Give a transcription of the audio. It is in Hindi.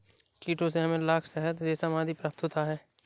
कीटों से हमें लाख, शहद, रेशम आदि प्राप्त होते हैं